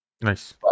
Nice